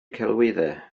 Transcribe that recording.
celwyddau